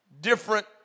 different